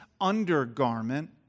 undergarment